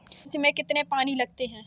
मिर्च में कितने पानी लगते हैं?